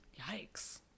yikes